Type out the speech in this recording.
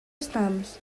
estams